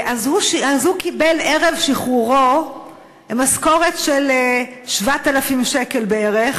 הוא קיבל ערב שחרורו משכורת של 7,000 שקל בערך